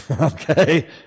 Okay